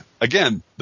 again